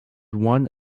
one